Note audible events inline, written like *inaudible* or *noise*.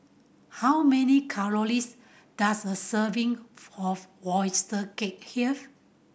how many *unintelligible* does a serving of oyster cake have